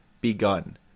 begun